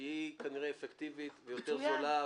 כי היא כנראה אפקטיבית ויותר זולה,